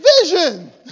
vision